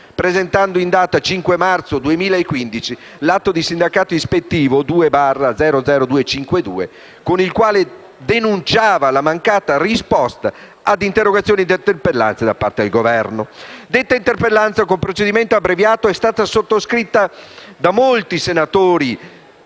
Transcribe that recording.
presentando in data 5 marzo 2015 l'atto di sindacato ispettivo 2-00252, con il quale denunciava la mancata risposta ad interrogazioni ed interpellanze da parte del Governo; detta interpellanza con procedimento abbreviato è stata sottoscritta da senatori